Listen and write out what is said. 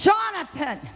Jonathan